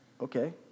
okay